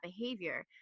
behavior